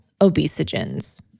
obesogens